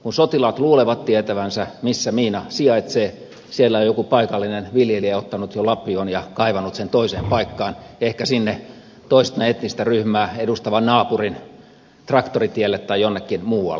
kun sotilaat luulevat tietävänsä missä miina sijaitsee siellä on joku paikallinen viljelijä ottanut jo lapion ja kaivanut sen toiseen paikkaan ehkä sinne toista etnistä ryhmää edustavan naapurin traktoritielle tai jonnekin muualle